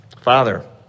Father